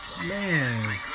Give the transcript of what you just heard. Man